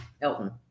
Elton